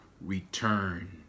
return